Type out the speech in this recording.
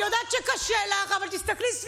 אני יודעת שקשה לך, אבל תסתכלי סביבך.